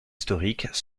historiques